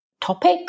topic